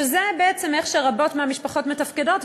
שזה בעצם איך שרבות מהמשפחות מתפקדות,